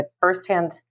firsthand